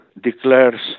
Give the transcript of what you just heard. declares